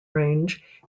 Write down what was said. range